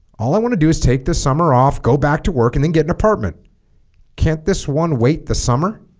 all i want to do is take the summer off go back to work and then get an apartment can't this one wait the summer